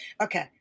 Okay